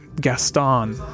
Gaston